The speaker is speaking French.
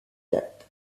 date